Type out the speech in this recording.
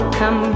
come